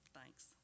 thanks